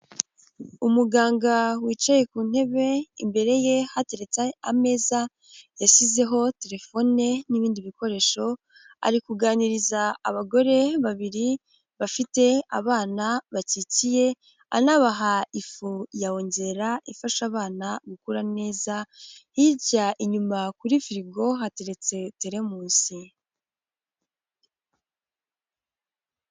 Umuganga wicaye ku ntebe imbere ye hateretse ameza yashyizeho telefone n'ibindi bikoresho, ari kuganiriza abagore babiri bafite abana bakikiye anabaha ifu ya ongera ifasha abana gukura neza, hirya inyuma kuri firigo hateretse terimusi.